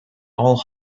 all